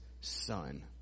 son